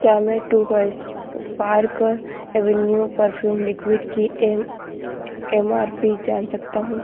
क्या मैं two piece park avenue perfume liquid की एम एम आर पी जान सकता हूँ